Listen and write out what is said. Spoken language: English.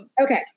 Okay